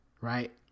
right